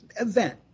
event